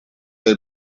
aid